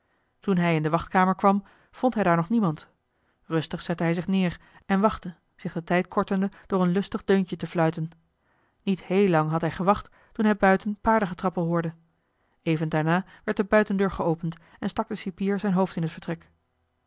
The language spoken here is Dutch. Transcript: toen hij in de wachtkamer kwam vond hij daar nog niemand rustig zette hij zich neer en wachtte zich den tijd kortende door een lustig deuntje te fluiten niet heel lang had hij gewacht toen hij buiten paardengetrappel hoorde even daarna werd de buitendeur geopend en stak de cipier zijn hoofd in t vertrek